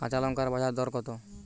কাঁচা লঙ্কার বাজার দর কত?